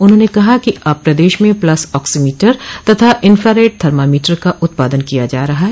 उन्होंने कहा कि अब प्रदेश में प्लस आक्सीमीटर तथा इंफ्रारेड थर्मामीटर का उत्पादन किया जा रहा है